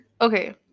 Okay